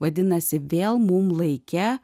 vadinasi vėl mum laike